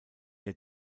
der